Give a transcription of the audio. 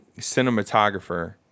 cinematographer